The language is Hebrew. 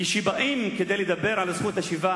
כשבאים לדבר על זכות השיבה